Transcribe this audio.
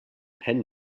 pen